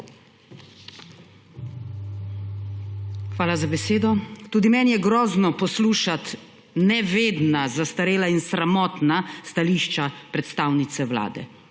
Hvala za besedo. Tudi meni je grozno poslušati nevedna, zastarela in sramotna stališča predstavnice Vlade.